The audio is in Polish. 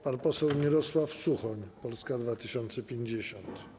Pan poseł Mirosław Suchoń, Polska 2050.